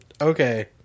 Okay